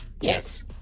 Yes